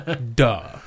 duh